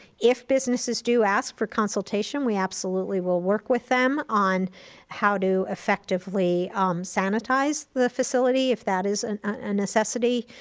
if businesses do ask for consultation, we absolutely will work with them on how to effectively sanitize the facility, if that is and a necessity,